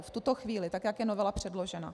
V tuto chvíli, tak jak je novela předložena.